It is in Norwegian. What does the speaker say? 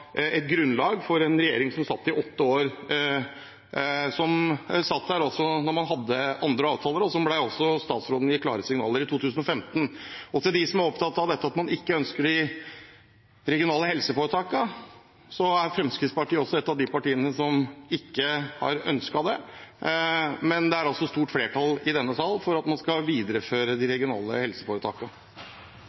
et grunnlag for en regjering som satt i åtte år, og som satt der da man hadde andre avtaler, og det ble også gitt klare signaler fra statsråden i 2015. Til dem som er opptatt av at man ikke ønsker de regionale helseforetakene: Fremskrittspartiet er et av de partiene som ikke har ønsket dem, men det er et stort flertall i denne salen for at man skal videreføre